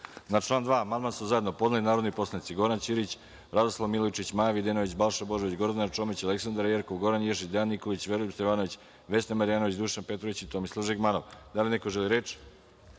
član 2. amandman su zajedno podneli narodni poslanici Goran Ćirić, Radoslav Milojičić, Maja Videnović, Balša Božović, Gordana Čomić, Aleksandra Jerkov, Goran Ješić, Dejan Nikolić, Veroljub Stevanović, Vesna Marjanović, Dušan Petrović i Tomislav Žigmanov. Da li neko želi reč?